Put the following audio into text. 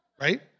Right